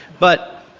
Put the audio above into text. but,